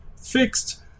fixed